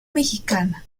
mexicana